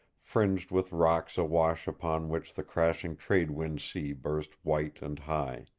fringed with rocks awash upon which the crashing trade-wind sea burst white and high.